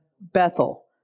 Bethel